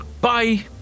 Bye